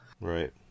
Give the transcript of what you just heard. Right